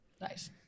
nice